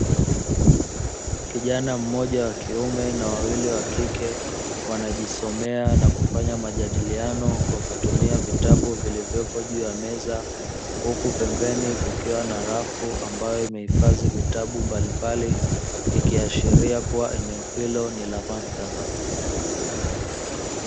Kijana mmoja wa kiume na wawili wa kike wanajisomea na kufanya majadiliano kwa kutumia vitabu vilivyopo juu ya meza huku pembeni kukiwa na rafu ambayo imehifadhi vitabu mbalimbali ikiashiria kuwa eneo hilo ni la maktaba.